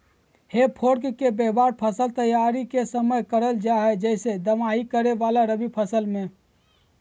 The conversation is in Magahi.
हे फोर्क के व्यवहार फसल तैयारी के समय करल जा हई, जैसे दमाही करे वाला रवि फसल मे